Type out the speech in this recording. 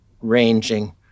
ranging